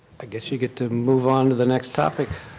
i guess you get to move onto the next topic.